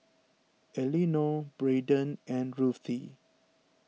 Elinore Braydon and Ruthie